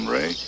Ray